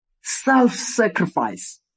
self-sacrifice